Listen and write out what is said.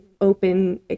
open